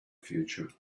future